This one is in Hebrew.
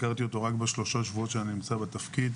הכרתי אותו רק ב-3 שבועות שאני נמצא בתפקיד